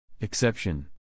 exception